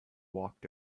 walked